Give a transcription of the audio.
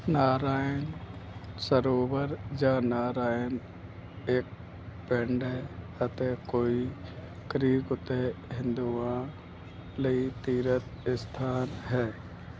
ਨਾਰਾਇਣ ਸਰੋਵਰ ਜਾਂ ਨਰਾਇਣ ਇੱਕ ਪਿੰਡ ਹੈ ਅਤੇ ਕੋਰੀ ਕਰੀਕ ਉੱਤੇ ਹਿੰਦੂਆਂ ਲਈ ਤੀਰਥ ਸਥਾਨ ਹੈ